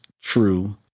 true